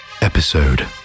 Episode